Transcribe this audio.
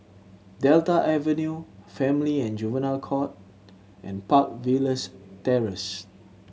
Delta Avenue Family and Juvenile Court and Park Villas Terrace